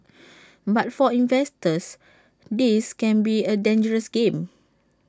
but for investors this can be A dangerous game